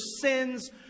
sins